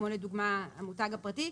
כמו לדוגמה המותג הפרטי,